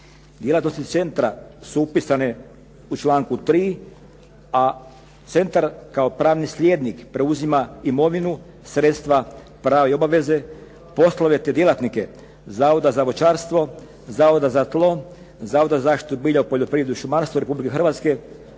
Djelatnosti centra su upisane u članku 3., a centar kao pravni slijednik preuzima imovinu, sredstva, prava i obaveze, poslove te djelatnike Zavoda za voćarstvo, Zavoda za tlo, Zavoda za zaštitu bilja u poljoprivredi i šumarstvu Republike Hrvatske,